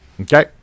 Okay